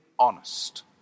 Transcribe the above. honest